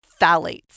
phthalates